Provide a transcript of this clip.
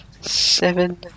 Seven